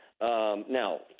Now